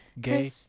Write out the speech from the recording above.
gay